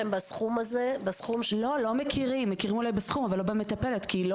בסכום הזה --- מכירים בסכום ולא במטפלת כי היא לא